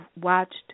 watched